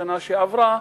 בשנה שעברה.